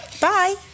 Bye